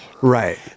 Right